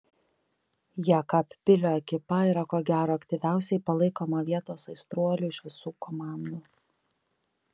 jekabpilio ekipa yra ko gero aktyviausiai palaikoma vietos aistruolių iš visų komandų